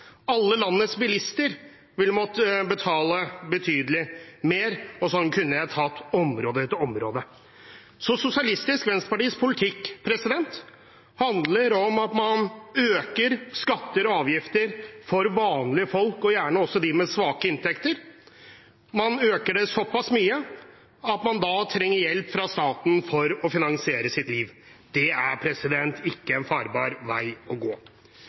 alle landets bilister ville måtte betale betydelig mer – og slik kunne jeg tatt for meg område etter område. Sosialistisk Venstrepartis politikk handler om at man øker skatter og avgifter for vanlige folk, gjerne også de med lave inntekter, såpass mye at man trenger hjelp fra staten for å finansiere sitt liv. Det er ikke en farbar vei å gå.